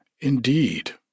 Indeed